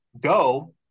go